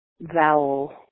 vowel